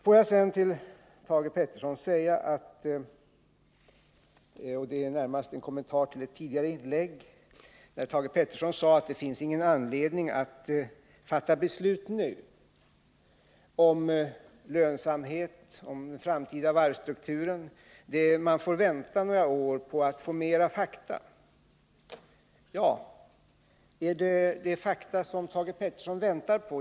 Får jag sedan till Thage Peterson säga några ord närmast som en 39 kommentar till hans tidigare inlägg, där han sade att det inte finns någon anledning att fatta beslut nu om lönsamheten och om den framtida varvsstrukturen. Han menade att man får vänta några år för att få mer fakta. Vad är det för fakta som Thage Peterson väntar på?